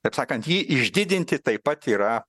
taip sakant jį išdidinti taip pat yra